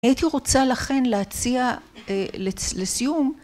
הייתי רוצה לכן להציע לסיום